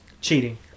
Cheating